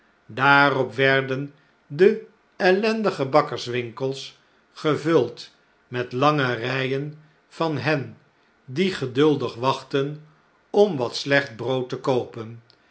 daarop werden de ellendige bakkerswinkels gevuld met lange rijen van hen die geduldig wachtten om watslecht brood te koopen